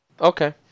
Okay